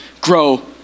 grow